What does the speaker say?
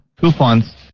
coupons